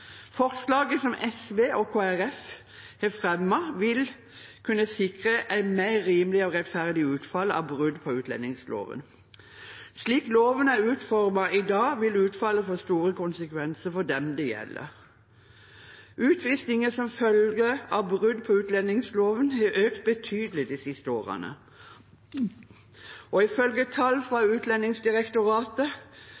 Forslaget som SV og Kristelig Folkeparti har fremmet, vil kunne sikre et mer rimelig og rettferdig utfall av brudd på utlendingsloven. Slik loven er utformet i dag, vil utfallet få store konsekvenser for dem det gjelder. Utvisninger som følge av brudd på utlendingsloven har økt betydelig de siste årene, og ifølge tall fra